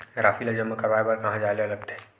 राशि ला जमा करवाय बर कहां जाए ला लगथे